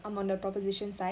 I'm on the proposition side